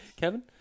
Kevin